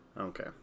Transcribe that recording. Okay